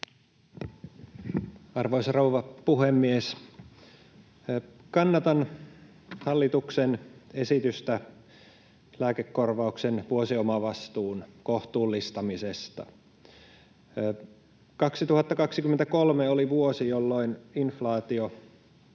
Arvoisa rouva puhemies! Kannatan hallituksen esitystä lääkekorvauksen vuosiomavastuun kohtuullistamisesta. 2023 oli vuosi, jolloin inflaatio